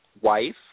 wife